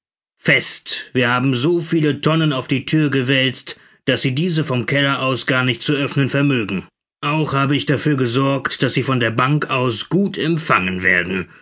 fest wir haben so viele tonnen auf die thür gewälzt daß sie diese vom keller aus gar nicht zu öffnen vermögen auch habe ich dafür gesorgt daß sie von der bank aus gut empfangen werden